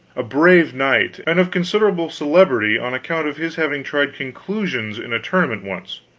a brave knight, and of considerable celebrity on account of his having tried conclusions in a tournament once,